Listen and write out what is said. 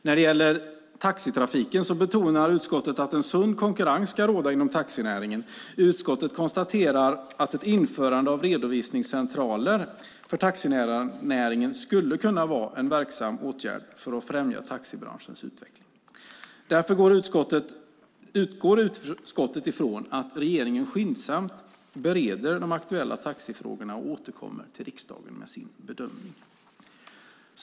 När det gäller taxitrafiken betonar utskottet att en sund konkurrens ska råda inom taxinäringen. Utskottet konstaterar att ett införande av redovisningscentraler för taxinäringen skulle kunna vara en verksam åtgärd för att främja taxibranschens utveckling. Därför utgår utskottet från att regeringen skyndsamt bereder de aktuella taxifrågorna och återkommer till riksdagen med sin bedömning.